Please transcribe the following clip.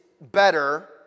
better